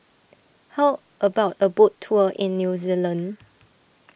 how about a boat tour in New Zealand